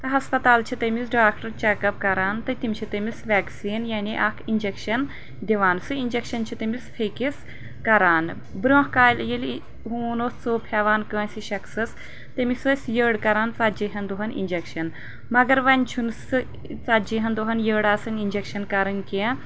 کانٛہہ ہسپتال چھ تٔمِس ڈاکٹر چیٚک اپ کران تہٕ تِم چھِ تٔمِس وٮ۪کسیٖن یعنے اکھ انجکشن دِوان سُہ انجکشن چھُ تٔمِس پھیکِس کران برٛونٛہہ کالہِ ییٚلہِ ہوٗن اوس ژوٚپ ہٮ۪وان کٲنٛسہِ شخصس تٔمِس ٲسۍ یٔڈ کران ژتجی ہن دۄہن انجکشن مگر ونہِ چھُنہٕ سُہ ژتجی ہَن دۄہن یٔڈ آسان انجکشن کرٕنۍ کینٛہہ